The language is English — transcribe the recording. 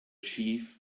chief